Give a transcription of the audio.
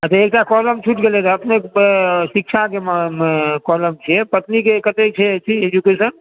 अच्छा एकटा कोलम छुटि गेलै रहय अपने के शिक्षा के कोलम छै पत्नी के की एजुकेशन